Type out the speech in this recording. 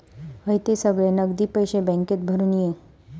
हयते सगळे नगदी पैशे बॅन्केत भरून ये